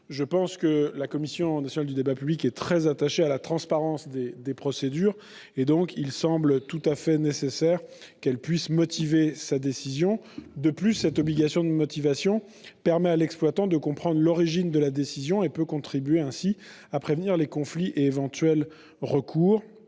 décisions ! La Commission nationale du débat public est très attachée à la transparence des procédures. Il semble donc nécessaire qu'elle puisse motiver sa décision. De plus, cette obligation de motivation permettrait à l'exploitant de comprendre l'origine de cette décision, et contribuerait ainsi à prévenir les conflits et les éventuels recours.